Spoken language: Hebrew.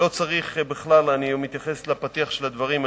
לא צריך בכלל, אני מתייחס לפתיח של הדברים.